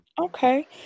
Okay